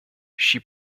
she